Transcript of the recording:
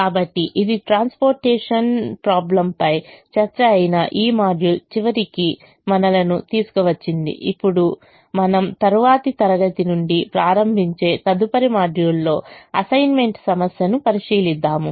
కాబట్టి ఇది transportation problem పై చర్చ అయిన ఈ మాడ్యూల్ చివరకి మనలను తీసుకు వచ్చింది ఇప్పుడు మనము తరువాతి తరగతి నుండి ప్రారంభించే తదుపరి మాడ్యూల్లో అసైన్మెంట్ సమస్యను పరిశీలిద్దాము